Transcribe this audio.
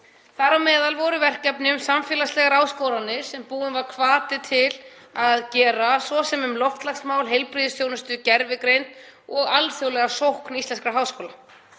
Þar á meðal voru verkefni um samfélagslegar áskoranir sem búinn var til hvati um að gera, svo sem um loftslagsmál, heilbrigðisþjónustu, gervigreind og alþjóðlega sókn íslenskra háskóla.